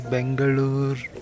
Bangalore